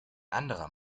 anderer